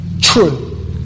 true